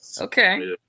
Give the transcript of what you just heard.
okay